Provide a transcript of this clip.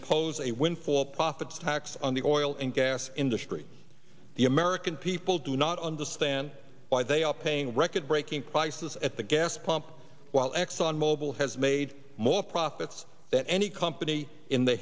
impose a windfall profits tax on the oil and gas industry the american people do not understand why they are paying record breaking prices at the gas pump while exxon mobil has made more profits that any company in the